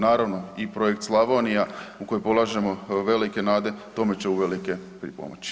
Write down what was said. Naravno i Projekt Slavonija u koji polažemo velike nade tome će uvelike pripomoći.